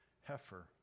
heifer